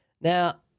Now